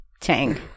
tang